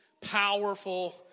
powerful